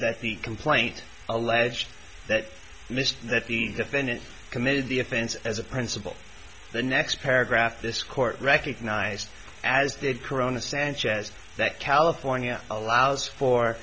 that the complaint alleged that mr that the defendant committed the offense as a principle the next paragraph this court recognized as did corona sanchez that california allows for